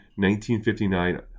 1959